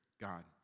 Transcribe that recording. God